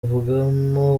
avugamo